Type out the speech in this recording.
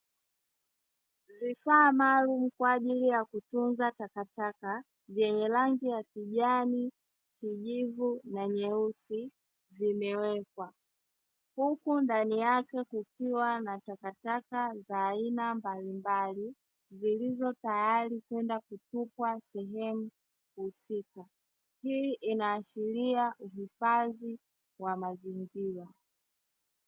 Vifaa maalumu kwa ajili ya kutunza takataka vyenye rangi ya kijani, kijivu na nyeusi vimewekwa. Huku ndani yake kukiwa na takataka za aina mbalimbali zilizotayari kwenda kutupwa sehemu husika. Hii inaashiria uhifadhi wa mazingira.